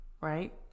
right